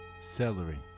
Celery